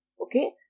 Okay